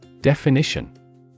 Definition